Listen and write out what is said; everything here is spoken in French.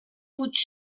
gouttes